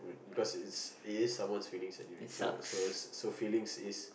because it's it is someone feelings anyways so so so feelings is